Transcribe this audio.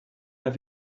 have